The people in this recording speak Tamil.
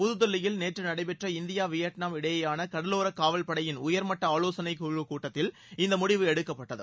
புத்தில்லியில் நேற்று நடைபெற்ற இந்தியா விபட்நாம் இடையேயான கடலோர காவல்படையின் உயர்மட்ட ஆலோசனைக் குழு கூட்டத்தில் இந்த முடிவு எடுக்கப்பட்டது